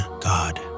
God